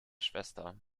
schwester